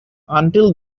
until